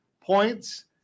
points